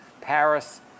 Paris